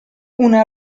una